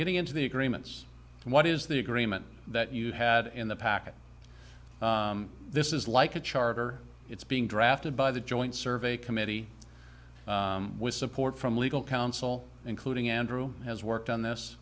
getting into the agreements what is the agreement that you had in the packet this is like a charter it's being drafted by the joint survey committee with support from legal council including andrew has worked on this